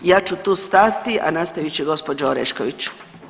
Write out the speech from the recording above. Ja ću tu stati, a nastavit će gospođa Orešković.